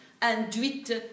induite